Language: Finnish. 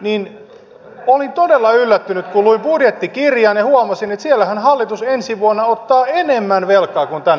niin olin todella yllättynyt kun luin budjettikirjan ja huomasin että siellähän hallitus ensi vuonna ottaa enemmän velkaa kuin tänä vuonna